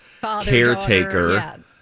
caretaker